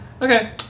Okay